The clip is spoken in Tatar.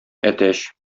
әтәч